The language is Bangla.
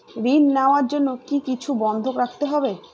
ঋণ নেওয়ার জন্য কি কিছু বন্ধক রাখতে হবে?